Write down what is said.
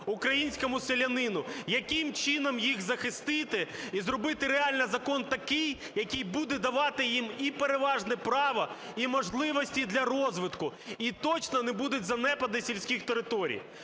українському селянину? Яким чином їх захистити і зробити реально закон такий, який буде давати їм і переважне право, і можливості для розвитку, і точно не буде занепаду сільських територій.